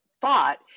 thought